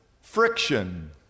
friction